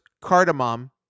cardamom